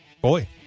boy